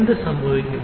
എന്ത് സംഭവിക്കും